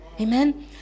Amen